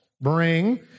bring